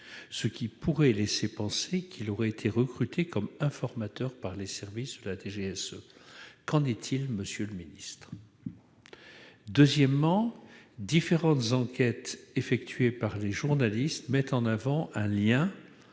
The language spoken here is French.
ce qui pourrait laisser penser qu'il aurait été recruté comme informateur par les services de la DGSE. Qu'en est-il, monsieur le secrétaire d'État ? Deuxièmement, différentes enquêtes effectuées par les journalistes mettent en avant un lien